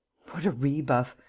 what a rebuff.